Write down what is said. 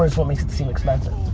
is what makes it seem expensive.